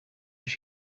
does